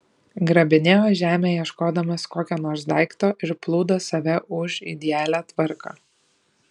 grabinėjo žemę ieškodamas kokio nors daikto ir plūdo save už idealią tvarką